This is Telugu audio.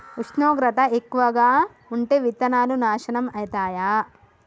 ఉష్ణోగ్రత ఎక్కువగా ఉంటే విత్తనాలు నాశనం ఐతయా?